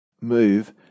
move